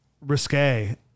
risque